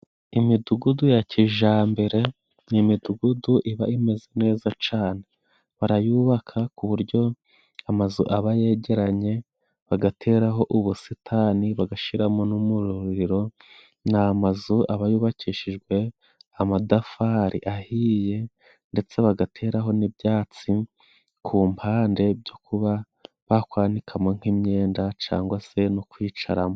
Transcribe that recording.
Imidugudu ya kijambere ni imidugudu iba imeze neza cane, barayubaka ku buryo amazu aba yegeranye bagateraho ubusitani, bagashiramo n'umuriro, ni amazu aba yubakishijwe amadafari ahiye ndetse bagateraho n'ibyatsi ku mpande byo kuba bakwanikamo nk'imyenda cangwa se no kwicaramo.